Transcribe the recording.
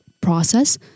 process